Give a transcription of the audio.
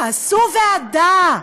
תעשו ועדה,